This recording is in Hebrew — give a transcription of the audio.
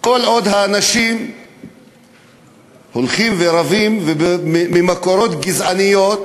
כל עוד אנשים הולכים ורבים ממקורות גזעניים,